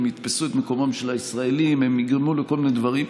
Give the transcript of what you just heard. הם יתפסו את מקומם של הישראלים והם יגרמו לכל מיני דברים.